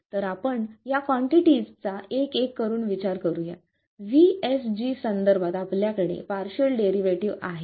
तर आपण या कॉन्टिटीस चा एक एक करून विचार करूया VSG संदर्भात आपल्याकडे पार्शियल डेरिव्हेटिव्ह आहे